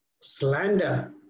slander